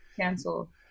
cancel